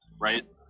right